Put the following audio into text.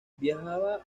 viajaba